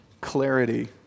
clarity